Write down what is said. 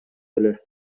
эле